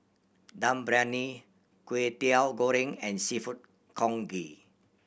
Dum Briyani Kwetiau Goreng and Seafood Congee